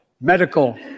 medical